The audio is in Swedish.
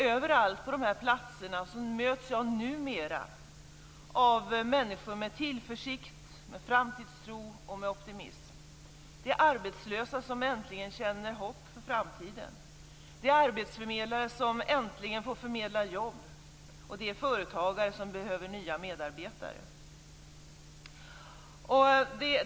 Överallt på dessa platser möts jag numera av människor med tillförsikt, framtidstro och optimism. Det är arbetslösa som äntligen känner hopp för framtiden, det är arbetsförmedlare som äntligen får förmedla jobb och det är företagare som behöver nya medarbetare.